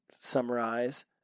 summarize